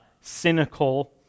cynical